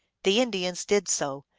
the indians did so,